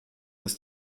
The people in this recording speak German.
ist